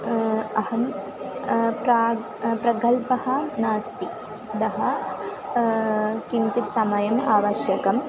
अहं प्राक् प्रगल्पः नास्ति अतः किञ्चित् समयम् आवश्यकम्